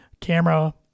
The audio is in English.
camera